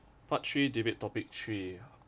part three debate topic tree